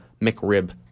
McRib